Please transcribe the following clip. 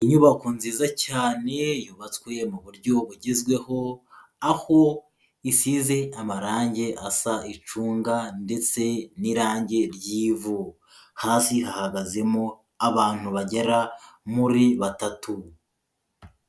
Inyubako nziza cyane yubatswe mu buryo bugezweho, aho isize amarange asa icunga ndetse n'irange ry'ivu, hasi hahagazemo abantu bagera muri batatu.